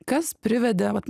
kas privedė vat